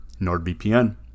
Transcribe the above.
NordVPN